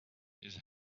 his